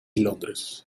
londres